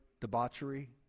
debauchery